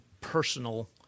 personal